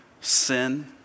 sin